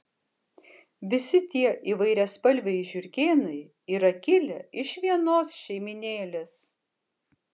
visi tie įvairiaspalviai žiurkėnai yra kilę iš vienos šeimynėlės